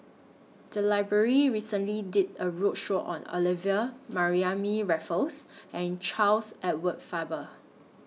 The Library recently did A roadshow on Olivia Mariamne Raffles and Charles Edward Faber